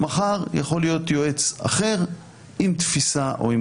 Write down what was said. מחר יכול להיות יועץ אחר עם תפיסה או עם